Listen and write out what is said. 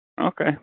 Okay